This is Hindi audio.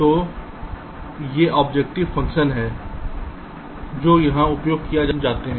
तो ये ऑब्जेक्टिव फंक्शन हैं जो यहां उपयोग किए जाते हैं